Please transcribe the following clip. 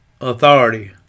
authority